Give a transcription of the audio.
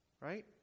right